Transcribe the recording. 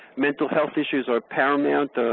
mental health issues are paramount.